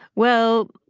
well,